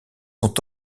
sont